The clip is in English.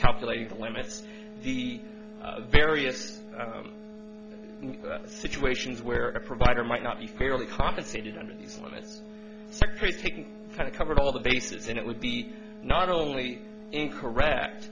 calculating the limits of various situations where a provider might not be fairly compensated under kind of cover all the bases and it would be not only incorrect